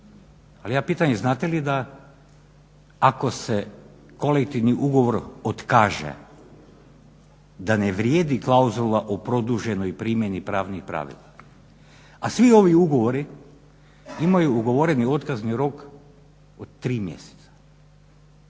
Ja pitam znate li da, ako se kolektivni ugovor otkaže, da ne vrijedi klauzula o produženoj primjeni pravnih pravila, a svi ovi ugovori imaju ugovoreni otkazni rok od 3 mjeseca.